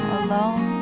alone